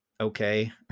okay